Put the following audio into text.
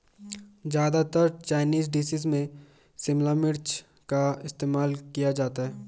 ज्यादातर Chinese dishes में शिमला मिर्च का इस्तेमाल किया जाता है